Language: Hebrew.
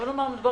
מדובר